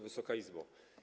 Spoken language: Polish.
Wysoka Izbo!